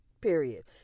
period